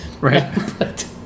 Right